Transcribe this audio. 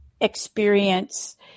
experience